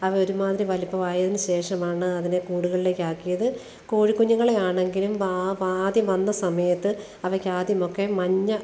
അവയൊരുമാതിരി വലുപ്പമായതിന് ശേഷമാണ് അതിനെ കൂടുകളിലേക്ക് ആക്കിയത് കോഴിക്കുഞ്ഞുങ്ങളെ ആണെങ്കിലും വാ വാ ആദ്യം വന്ന സമയത്ത് അവയ്ക്കാദ്യമൊക്കെ മഞ്ഞ